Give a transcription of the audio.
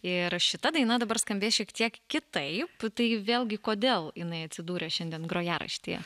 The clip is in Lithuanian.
ir šita daina dabar skambės šiek tiek kitaip tai vėlgi kodėl jinai atsidūrė šiandien grojaraštyje